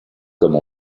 comme